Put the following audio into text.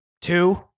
Two